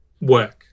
work